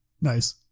Nice